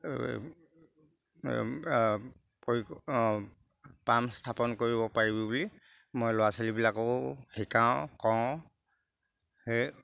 কৰি অঁ পাম স্থাপন কৰিব পাৰিব বুলি মই ল'ৰা ছোৱালীবিলাককো শিকাওঁ কওঁ সেই